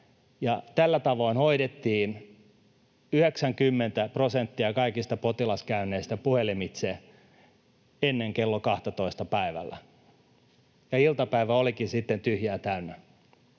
Tällä tavoin hoidettiin 90 prosenttia kaikista potilaskäynneistä puhelimitse ennen kello 12:ta päivällä, ja iltapäivä olikin sitten tyhjää täynnä.